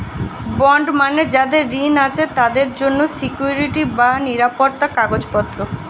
bond মানে যাদের ঋণ আছে তাদের জন্য সিকুইরিটি বা নিরাপত্তার কাগজপত্র